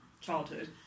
childhood